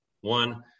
One